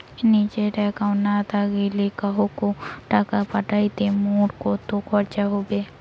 নিজের একাউন্ট না থাকিলে কাহকো টাকা পাঠাইতে মোর কতো খরচা হবে?